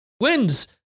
wins